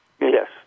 yes